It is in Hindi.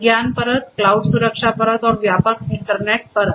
ज्ञान परत क्लाउड सुरक्षा परत और व्यापक इंटरनेट परत